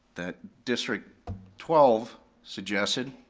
that district twelve suggested.